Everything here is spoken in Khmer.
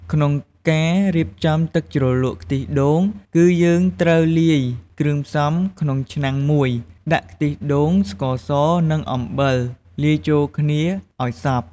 ក្នុងការរៀបចំទឹកជ្រលក់ខ្ទិះដូង គឺយើងត្រូវលាយគ្រឿងផ្សំ ក្នុងឆ្នាំងមួយ ដាក់ខ្ទិះដូង ស្ករស និងអំបិលលាយចូលគ្នាឱ្យសព្វ។